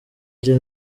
jye